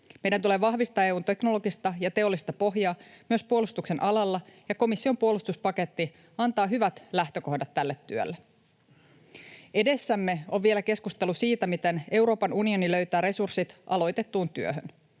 Meidän tulee vahvistaa EU:n teknologista ja teollista pohjaa myös puolustuksen alalla, ja komission puolustuspaketti antaa hyvät lähtökohdat tälle työlle. Edessämme on vielä keskustelu siitä, miten Euroopan unioni löytää resurssit aloitettuun työhön.